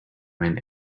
man